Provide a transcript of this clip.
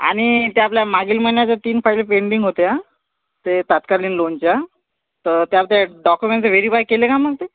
आणि त्या आपल्या मागील महिन्याचं तीन फाईली पेंडिंग होत्या ते तत्कालीन लोनच्या तर त्याल त्या डॉक्युमेंट व्हेरिफाय केले काय मग ते